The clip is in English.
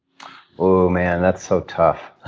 oh, man, that's so tough.